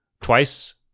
twice